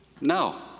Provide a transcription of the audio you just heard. No